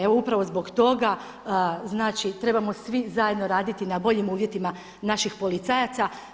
Evo upravo zbog toga znači trebamo svi zajedno raditi na boljim uvjetima naših policajaca.